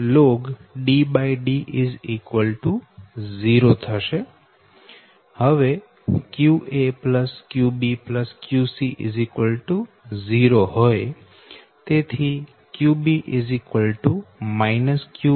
અહી qbln DD 0 થશે હવે qa qb qc 0 તેથી qb qa qc